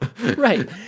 Right